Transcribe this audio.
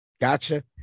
Gotcha